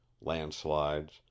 landslides